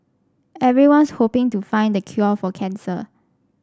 everyone's hoping to find the cure for cancer